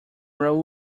raoul